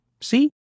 See